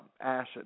acid –